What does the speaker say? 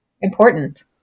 important